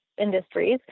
industries